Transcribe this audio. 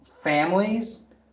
families